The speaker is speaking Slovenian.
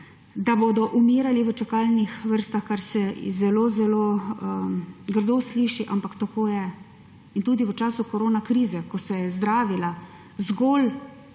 da bodo umirali v čakalnih vrstah, kar se zelo zelo grdo sliši, ampak tako je. In tudi v času korona krize, ko se je zdravila zgolj